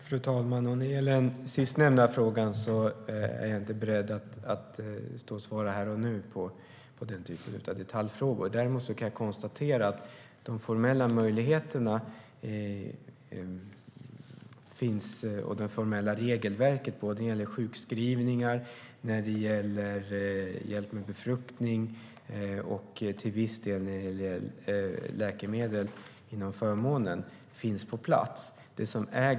STYLEREF Kantrubrik \* MERGEFORMAT Svar på interpellationerDe formella möjligheterna och det formella regelverket finns på plats när det gäller sjukskrivning, hjälp med befruktning och till viss del läkemedel inom förmånen.